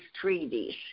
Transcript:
treaties